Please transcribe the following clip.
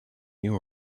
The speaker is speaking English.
you